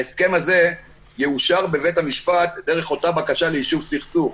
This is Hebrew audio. ההסכם הזה יאושר בבית המשפט דרך אותה בקשה ליישוב סכסוך.